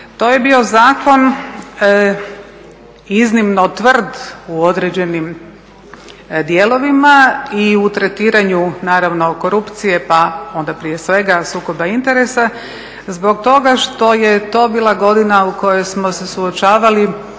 To je bio zakon iznimno tvrd u određenim dijelovima i u tretiranju naravno korupcije pa onda prije svega sukoba interesa zbog toga što je to bila godina u kojoj smo se suočavali